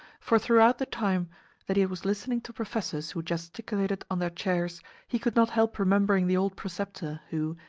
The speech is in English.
for throughout the time that he was listening to professors who gesticulated on their chairs he could not help remembering the old preceptor who,